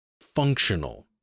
functional